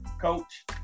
coach